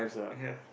ya